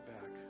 back